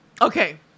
Okay